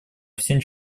всем